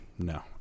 no